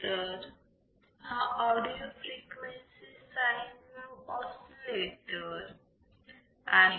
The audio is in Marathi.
तर हा audio frequency sine wave oscillator आहे